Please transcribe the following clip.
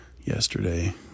yesterday